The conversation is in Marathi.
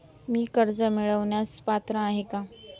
मी कर्ज मिळवण्यास पात्र आहे का?